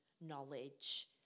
knowledge